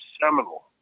seminal